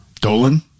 Dolan